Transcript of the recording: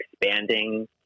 expanding